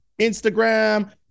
Instagram